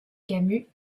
camus